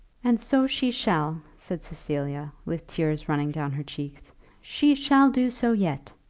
and so she shall, said cecilia, with tears running down her cheeks she shall do so yet.